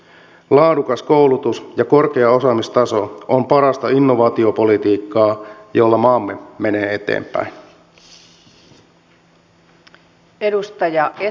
laadukas koulutus ja korkea osaamistaso on parasta innovaatiopolitiikkaa millä maamme menee eteenpäin